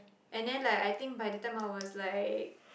and then like I think by the time I was like